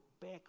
back